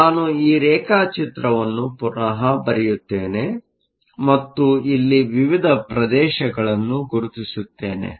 ಆದ್ದರಿಂದ ನಾನು ಈ ರೇಖಾಚಿತ್ರವನ್ನು ಪುನಃ ಬರೆಯುತ್ತೇನೆ ಮತ್ತು ಇಲ್ಲಿ ವಿವಿಧ ಪ್ರದೇಶಗಳನ್ನು ಗುರುತಿಸುತ್ತೇನೆ